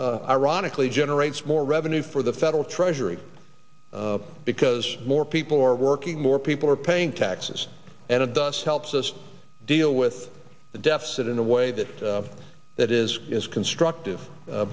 also ironically generates more revenue for the federal treasury because more people are working more people are paying taxes and a bus helps us deal with the deficit in a way that that is is constructive